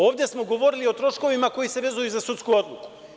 Ovde smo govorili o troškovima koji se vezuju za sudsku odluku.